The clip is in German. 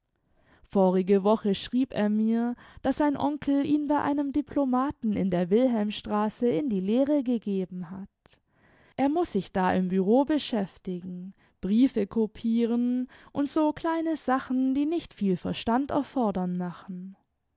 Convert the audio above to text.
vorige woche schrieb er mir daß sein onkel ihn bei einem diplomaten in der wilhelmstraße in die lehre gegeben hat er muß sich da im bureau beschäftigen briefe kopieren und so kleine sachen die nicht viel verstand erfordern machen